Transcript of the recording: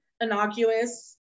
innocuous